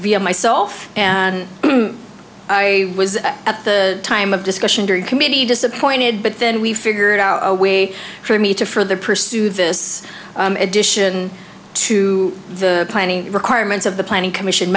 via myself and i was at the time of discussion during committee disappointed but then we figured out a way for me to further pursue this addition to the planning requirements of the planning commission